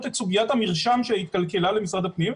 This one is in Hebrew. את סוגיית המרשם שהתקלקלה למשרד הפנים,